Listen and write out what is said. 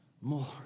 more